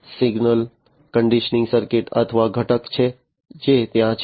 આ signal conditioning સર્કિટઅથવા ઘટક છે જે ત્યાં છે